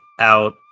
out